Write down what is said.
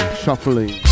shuffling